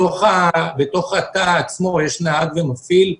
בתוך התא עצמו יש נהג ומפעיל.